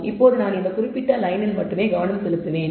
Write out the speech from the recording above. இப்போது நான் இந்த குறிப்பிட்ட லயனில் மட்டுமே கவனம் செலுத்துவேன்